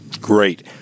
great